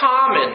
common